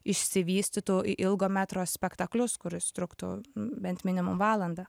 išsivystytų į ilgo metro spektaklius kuris truktų bent minimum valandą